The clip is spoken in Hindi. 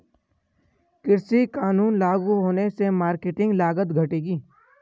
कृषि कानून लागू होने से मार्केटिंग लागत घटेगी